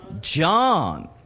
John